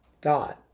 God